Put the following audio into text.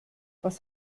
was